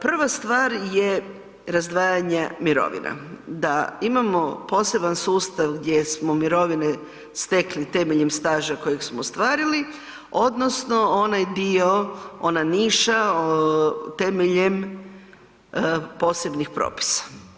Prva stvar je razdvajanje mirovina, da imamo poseban sustav gdje smo mirovine stekli temeljem staža kojeg smo ostvarili odnosno onaj dio, ona niša temeljem posebnih propisa.